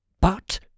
But